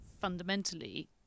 fundamentally